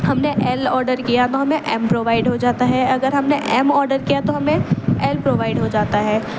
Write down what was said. ہم نے L order کیا تو ہمیں ایم پرووائڈ ہو جاتا ہے اگر ہم نے ایم آڈر کیا تو ہمیں ایل پرووائڈ ہو جاتا ہے